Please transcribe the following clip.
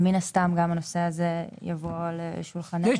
ומין הסתם גם הנושא הזה יבוא על שולחננו.